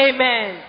Amen